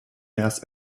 erst